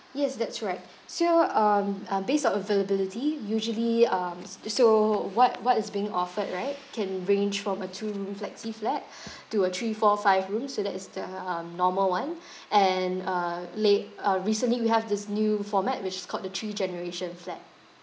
yes that's right so um uh based on availability usually um s~ so what what is being offered right can range from a two room flexi flat to a three four five room so that is the um normal one and uh la~ uh recently we have this new format which is called the three generation flat